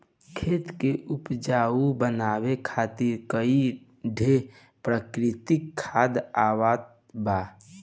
खेत के उपजाऊ बनावे खातिर कई ठे प्राकृतिक खाद आवत बा